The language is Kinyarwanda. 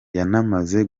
yanamaze